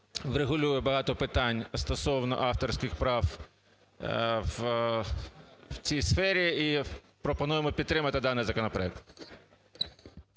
врегулює багато питань стосовно авторських прав в цій сфері і пропонуємо підтримати даний законопроект.